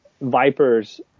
Vipers